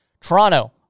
Toronto